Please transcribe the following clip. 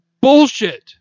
bullshit